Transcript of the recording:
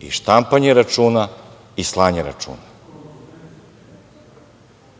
i štampanje računa i slanje računa. Ja